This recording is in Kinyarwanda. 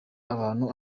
abantu